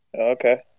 Okay